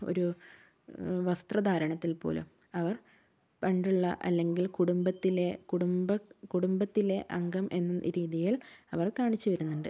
ഒരു വസ്ത്രധാരണത്തിൽ പോലും അവർ പണ്ടുള്ള അല്ലെങ്കിൽ കുടുംബത്തിലെ കുടുംബ കുടുംബത്തിലെ അംഗം എന്ന രീതിയിൽ അവർ കാണിച്ചുവരുന്നുണ്ട്